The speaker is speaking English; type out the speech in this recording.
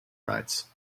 rights